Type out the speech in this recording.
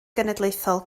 genedlaethol